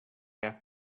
have